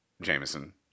jameson